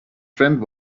friend